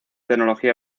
tecnología